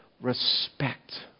respect